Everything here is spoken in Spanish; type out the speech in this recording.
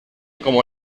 como